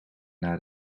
naar